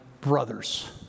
brothers